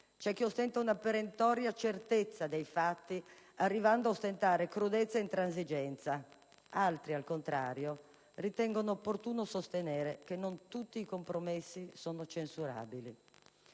C'è chi ostenta una perentoria certezza dei fatti arrivando a ostentare crudezza e intransigenza; altri, al contrario, ritengono opportuno sostenere che non tutti i compromessi sono censurabili.